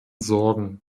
sorgen